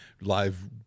live